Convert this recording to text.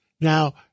Now